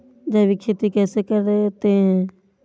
जैविक खेती कैसे करते हैं?